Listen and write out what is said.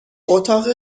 اتاق